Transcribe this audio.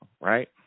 right